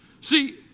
See